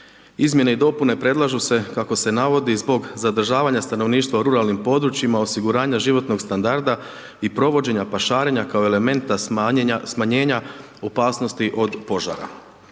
Izmjene i dopune predlažu se, kako se navodi, zbog zadržavanja stanovništava u ruralnim područjima, osiguranja životnog standarda i provođenja pašarenja kao elementa smanjenja opasnosti od požara.